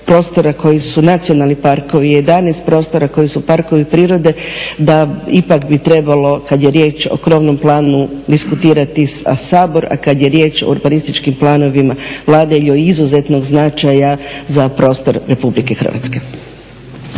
prostora koji su nacionalni parkovi, 11 prostora koji su parkovi prirode da ipak bi trebalo, kad je riječ o krovnom planu, diskutirati Sabor, a kad je riječ o urbanističkim planova … od izuzetnog značaja za prostor RH.